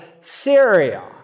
Syria